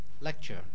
lecture